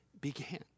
began